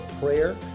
prayer